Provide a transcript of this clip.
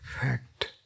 fact